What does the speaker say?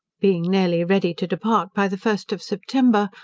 being nearly ready to depart by the first of september,